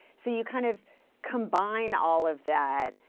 so you kind of combine all of that,